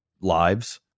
lives